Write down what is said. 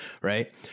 Right